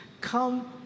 Come